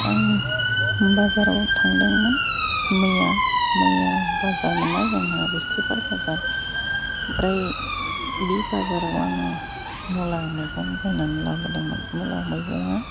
आं बाजाराव थांदोंमोन मैया मैया बाजार मोनना जोंहा बिस्तिबार बाजार ओमफ्राय बे बाजाराव आङो मुला मैगं बायनानै लाबोदोंमोन मुला मैगंआ